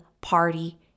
party